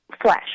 flesh